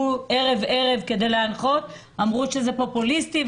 ערב-ערב כדי להנחות אמרו שזה פופוליסטי,